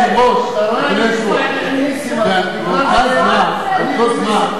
אדוני היושב-ראש, אדוני היושב-ראש, באותו זמן,